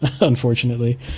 unfortunately